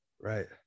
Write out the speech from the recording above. Right